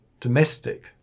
domestic